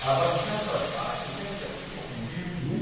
ah but in terms of our product and things that people can use,